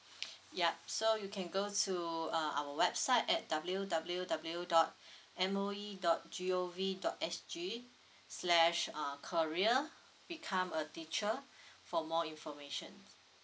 yup so you can go to uh our website at W W W dot M O E dot G O V dot S G slash uh career become a teacher for more information